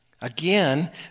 Again